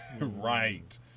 Right